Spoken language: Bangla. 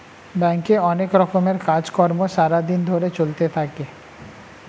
ব্যাংকে অনেক রকমের কাজ কর্ম সারা দিন ধরে চলতে থাকে